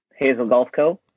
hazelgolfco